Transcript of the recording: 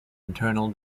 internal